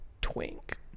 Twink